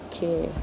Okay